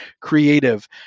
creative